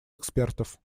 экспертов